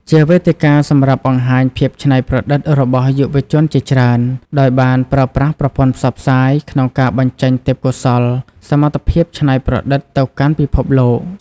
ជាវេទិកាសម្រាប់បង្ហាញភាពច្នៃប្រឌិតរបស់យុវជនជាច្រើន ដោយបានប្រើប្រាស់ប្រព័ន្ធផ្សព្វផ្សាយ ក្នុងការបញ្ចេញទេពកោសល្យ សមត្ថភាពច្នៃប្រឌិតទៅកាន់ពិភពលោក។